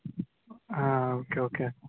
हां okay okay